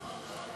גברתי